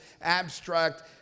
abstract